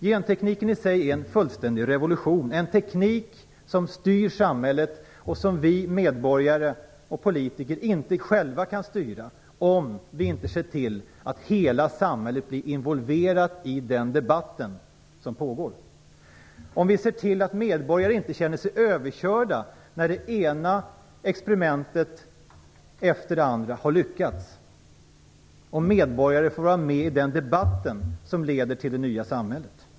Gentekniken i sig är en fullständig revolution, en teknik som styr samhället och som vi medborgare och politiker inte själva kan styra, om vi inte ser till att hela samhället blir involverat i den debatt som pågår, om vi ser till att medborgare inte känner sig överkörda när det ena experimentet efter det andra har lyckats och om vi ser till att medborgarna får vara med i den debatt som leder till det nya samhället.